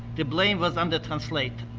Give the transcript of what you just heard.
the blame was on the translator.